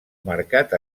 marcat